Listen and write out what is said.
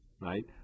Right